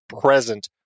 present